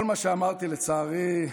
כל מה שאמרתי, לצערי,